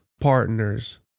Partners